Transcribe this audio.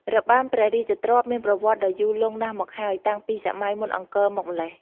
របាំព្រះរាជទ្រព្យមានប្រវត្តិដ៏យូរលង់ណាស់មកហើយ តាំងពីសម័យមុនអង្គរមកម្ល៉េះ។